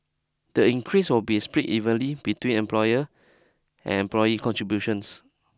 the increase will be split evenly between employer and employee contributions